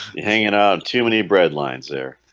hanging out too many bread lines there.